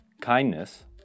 kindness